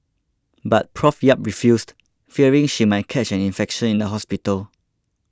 but Prof Yap refused fearing she might catch an infection in the hospital